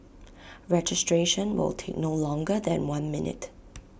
registration will take no longer than one minute